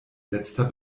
letzter